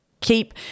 keep